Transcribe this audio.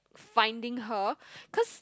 finding her cause